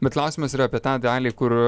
bet klausimas yra apie tą dalį kur